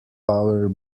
power